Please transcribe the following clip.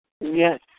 Yes